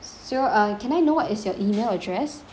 so uh can I know what is your E mail address